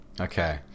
Okay